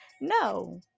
No